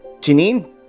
Janine